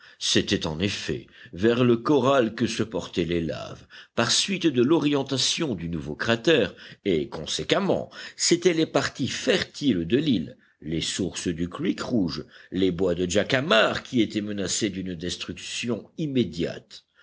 c'était en effet vers le corral que se portaient les laves par suite de l'orientation du nouveau cratère et conséquemment c'étaient les parties fertiles de l'île les sources du creek rouge les bois de jacamar qui étaient menacés d'une destruction immédiate